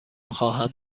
خواهم